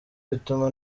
bituma